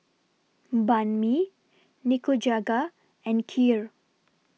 Banh MI Nikujaga and Kheer